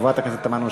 חברת הכנסת תמנו-שטה.